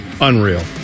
Unreal